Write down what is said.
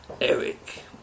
Eric